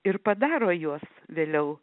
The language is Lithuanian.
ir padaro juos vėliau